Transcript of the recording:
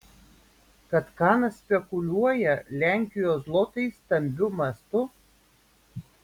kad kanas spekuliuoja lenkijos zlotais stambiu mastu